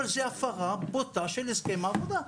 אבל זו הפרה בוטה של הסכמי העבודה,